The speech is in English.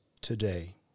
today